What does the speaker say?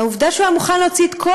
העובדה שהוא היה מוכן להוציא את כל